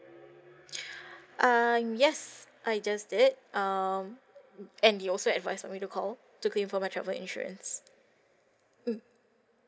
uh yes I just did um and they also advise for me to call to claim for my travel insurance mm